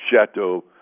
Chateau